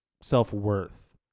self-worth